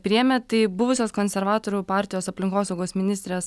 priėmė tai buvusios konservatorių partijos aplinkosaugos ministrės